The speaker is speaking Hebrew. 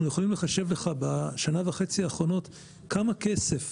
אנחנו יכולים לחשב לך בשנה וחצי האחרונות כמה כסף